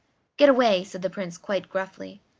get away! said the prince, quite gruffly.